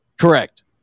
Correct